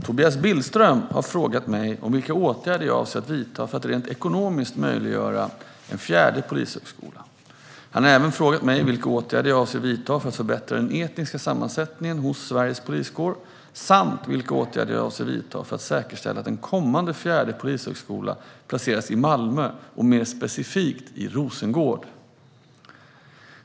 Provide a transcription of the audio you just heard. Herr talman! Tobias Billström har frågat mig vilka åtgärder jag avser att vidta för att rent ekonomiskt möjliggöra en fjärde polishögskola. Han har även frågat mig vilka åtgärder jag avser att vidta för att förbättra den etniska sammansättningen hos Sveriges poliskår samt vilka åtgärder jag avser att vidta för att säkerställa att en kommande fjärde polishögskola placeras i Malmö och mer specifikt i Rosengård.